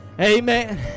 Amen